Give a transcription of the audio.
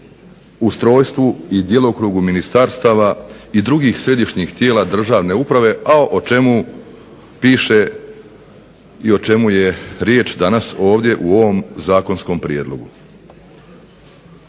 ustrojstvu i djelokrugu ministarstava i drugih središnjih tijela državne uprave, a o čemu piše i o čemu je riječ danas ovdje u ovom zakonskom prijedlogu.